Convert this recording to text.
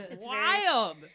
Wild